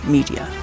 Media